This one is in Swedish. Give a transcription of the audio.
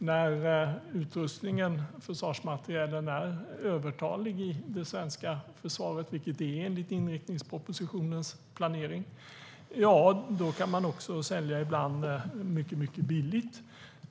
När försvarsmaterielen är övertalig i det svenska försvaret, vilket den är enligt inriktningspropositionens planering, kan man också ibland sälja mycket billigt.